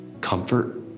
comfort